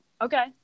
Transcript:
Okay